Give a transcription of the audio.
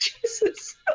Jesus